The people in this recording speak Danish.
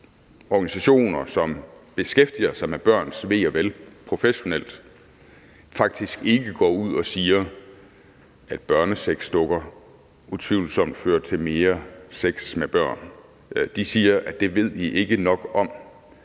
organisationer, som beskæftiger sig med børns ve og vel professionelt, faktisk ikke går ud og siger, at børnesexdukker utvivlsomt fører til mere sex med børn. De siger, at det ved vi ikke nok om.